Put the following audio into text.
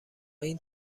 این